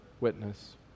witness